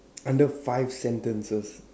under five sentences